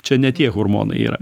čia ne tie hormonai yra